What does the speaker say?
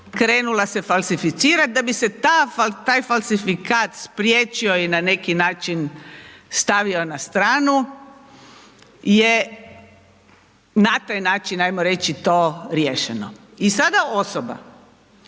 krenula se falsificirat, da bi se taj falsifikat spriječio i na neki način stavio na stranu je na taj način to ajmo reći riješeno. I sada osoba